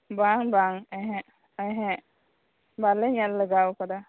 ᱵᱟᱝ ᱵᱟᱝ ᱮᱦᱮᱸᱜ ᱮᱦᱮᱸᱜ ᱵᱟᱞᱮ ᱧᱮᱞ ᱞᱮᱜᱟᱣ ᱟᱠᱟᱫᱟ